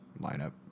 lineup